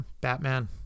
batman